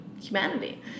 humanity